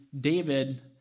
David